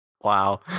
Wow